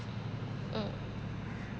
mm